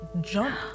jump